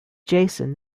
jason